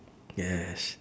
yes